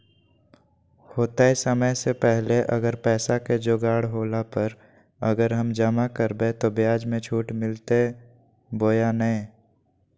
होतय समय से पहले अगर पैसा के जोगाड़ होला पर, अगर हम जमा करबय तो, ब्याज मे छुट मिलते बोया नय?